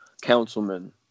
councilman